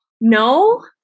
No